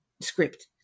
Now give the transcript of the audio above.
script